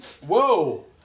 Whoa